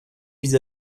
vis